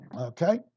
Okay